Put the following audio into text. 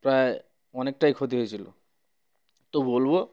প্রায় অনেকটাই ক্ষতি হয়েছিলো তো বলবো